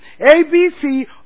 ABC